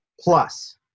plus